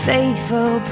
Faithful